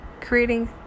creating